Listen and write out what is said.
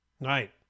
Right